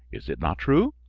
is it not true?